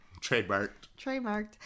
Trademarked